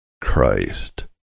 Christ